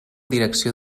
direcció